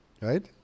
Right